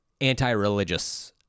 anti-religious